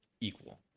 equal